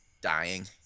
dying